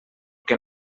que